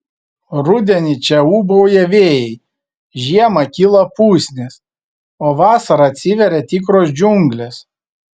rudenį čia ūbauja vėjai žiemą kyla pusnys o vasarą atsiveria tikros džiunglės